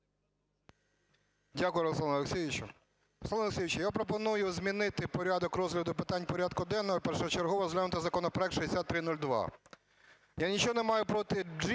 Дякую, Руслане Олексійовичу. Руслан Олексійович, я пропоную змінити порядок розгляду питань порядку денного і першочергово розглянути законопроект 6302. Я нічого не маю проти бджіл,